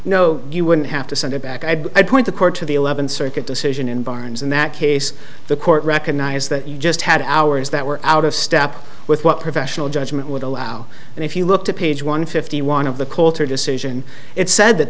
no you wouldn't have to send it back i'd appoint the court to the eleventh circuit decision environs in that case the court recognize that you just had ours that were out of step with what professional judgment would allow and if you looked at page one fifty one of the quarter decision it said that